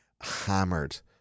hammered